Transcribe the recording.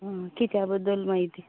आं कित्या बद्दल म्हायती